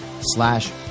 slash